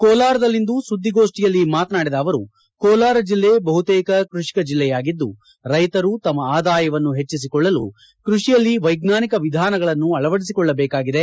ಕೋಲಾರದಲ್ಲಿಂದು ಸುದ್ದಿಗೋಷ್ಠಿಯಲ್ಲಿ ಮಾತನಾಡಿದ ಅವರು ಕೋಲಾರ ಜಿಲ್ಲೆ ಬಹುತೇಕ ಕೃಷಿಕ ಜಿಲ್ಲೆಯಾಗಿದ್ದು ರೈತರು ತಮ್ಮ ಆದಾಯವನ್ನು ಹೆಚ್ಚಿಸಿಕೊಳ್ಳಲು ಕೃಷಿಯಲ್ಲಿ ವೈಜ್ಞಾನಿಕ ವಿಧಾನಗಳನ್ನು ಅಳವಡಿಸಿಕೊಳ್ಳಬೇಕಾಗಿದೆ